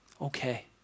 okay